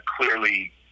clearly